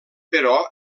però